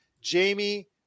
Jamie